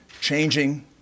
changing